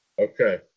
Okay